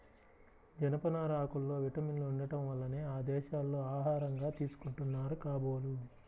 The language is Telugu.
జనపనార ఆకుల్లో విటమిన్లు ఉండటం వల్లనే ఆ దేశాల్లో ఆహారంగా తీసుకుంటున్నారు కాబోలు